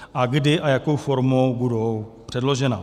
A kdy a jakou formou budou předložena?